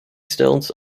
stilts